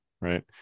right